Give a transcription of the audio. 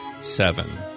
seven